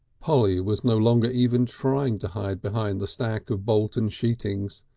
polly was no longer even trying to hide behind the stack of bolton sheetings.